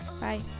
bye